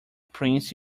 prince